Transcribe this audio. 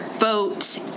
Vote